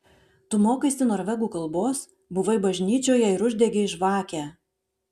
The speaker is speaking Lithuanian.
tu mokaisi norvegų kalbos buvai bažnyčioje ir uždegei žvakę